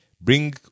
Bring